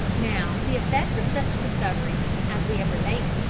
now, the effect of such discoveries, as we have related,